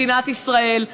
מדינת ישראל,